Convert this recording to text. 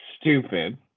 stupid